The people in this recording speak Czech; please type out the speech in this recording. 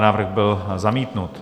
Návrh byl zamítnut.